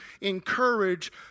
encourage